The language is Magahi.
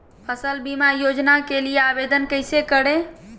फसल बीमा योजना के लिए आवेदन कैसे करें?